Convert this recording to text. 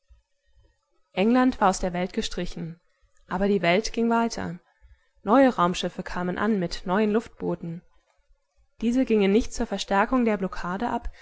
england war aus der welt gestrichen aber die welt ging weiter neue raumschiffe kamen an mit neuen luftbooten diese gingen nicht zur verstärkung der blockade ab